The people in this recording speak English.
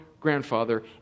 grandfather